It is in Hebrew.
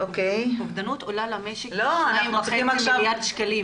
אובדנות עולה למשק כ-2.5 מיליארד שקלים.